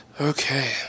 okay